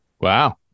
Wow